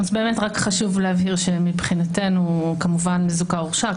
חשוב להבהיר שמבחינתנו כמובן זוכה או הורשע,